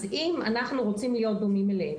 אז אם אנחנו רוצים להיות דומים אליהם,